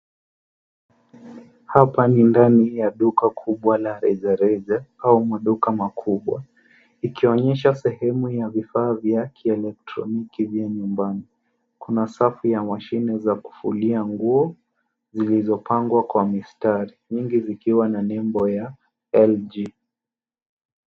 Hapa ni ndani ya duka kubwa la rejareja au maduka makubwa ikionyesha sehemu ya vifaa vya kielektroniki ya nyumbani. Kuna safu ya mashine za kufulia nguo zilizopangwa kwa mistari, nyingi zikiwa na nembo ya LG.